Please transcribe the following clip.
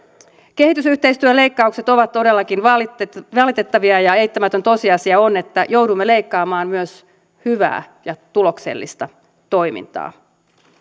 kehitysyhteistyöleikkaukset ovat todellakin valitettavia valitettavia ja eittämätön tosiasia on että joudumme leikkaamaan myös hyvää ja tuloksellista toimintaa